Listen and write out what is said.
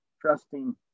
Trusting